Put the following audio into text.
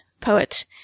poet